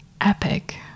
epic